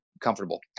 comfortable